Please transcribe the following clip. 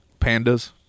Pandas